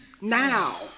Now